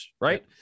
Right